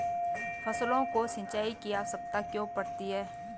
फसलों को सिंचाई की आवश्यकता क्यों पड़ती है?